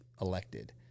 elected